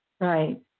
Right